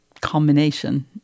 combination